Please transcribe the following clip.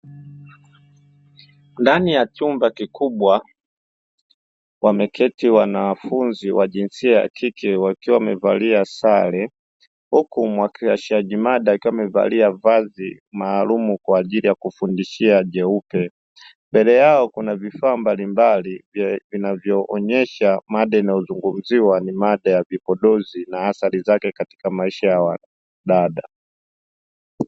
Ndani ya chumba kikubwa wameketi wanafunzi wa jinsia ya kike wakiwa wamevalia sare, huku mwakilishaji mada kama imevalia vazi maalumu kwa ajili ya kufundishia (jeupe). Mbele yao kuna vifaa mbalimbali vinavyoonyesha mada inayozungumziwa ni mada ya vipodozi na athari zake katika maisha wadada.